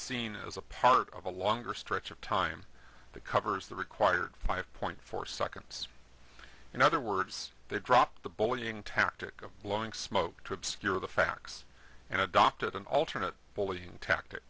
seen as a part of a longer stretch of time that covers the required five point four seconds in other words they drop the bullying tactic of blowing smoke to obscure the facts and adopted an alternate bullying tactic